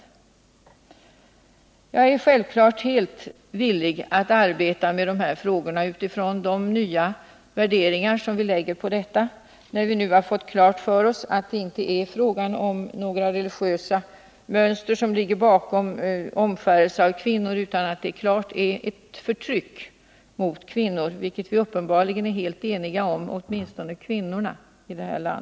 163 Jag är självfallet villig att arbeta med de här frågorna utifrån de värderingar som vi anlägger sedan vi nu fått klart för oss att inga religiösa mönster ligger bakom omskärelsen av kvinnor, utan att det helt klart är fråga om ett förtryck mot kvinnor. Det är åtminstone kvinnorna i det här landet uppenbarligen helt eniga om.